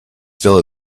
still